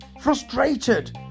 frustrated